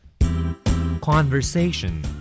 Conversation